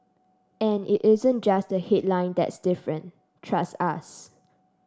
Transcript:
and it isn't just the headline that's different trust us